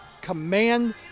command